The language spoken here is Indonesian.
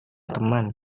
teman